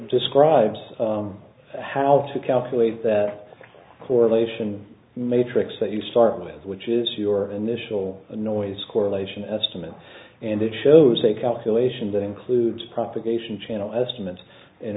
describes how to calculate that correlation matrix that you start with which is your initial noise correlation estimate and it shows a calculation that includes propagation channel estimates and